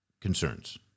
concerns